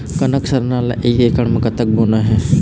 कनक सरना ला एक एकड़ म कतक बोना हे?